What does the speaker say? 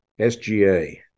SGA –